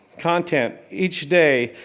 content, each day,